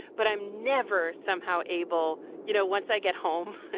but i'm never somehow able, you know, once i get home,